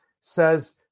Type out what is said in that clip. says